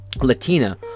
Latina